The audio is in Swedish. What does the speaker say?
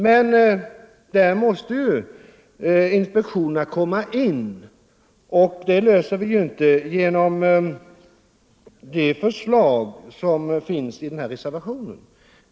Men där måste ju inspektionerna komma in, och vi löser inte det här problemet genom det Omsorger om vissa förslag som finns i reservationen.